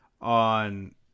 on